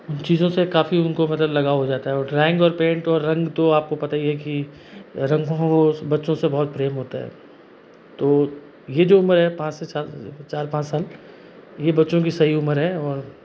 उन चीज़ों से काफ़ी उनको मतलब लगाव हो जाता है और ड्राइंग और पेंट और रंग तो आपको पता ही है कि रंगों उस बच्चों से बहुत प्रेम होता है तो ये जो मैं पाँच से चार चार पाँच साल ये बच्चों की सही उम्र है और